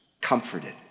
comforted